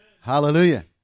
Hallelujah